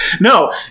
No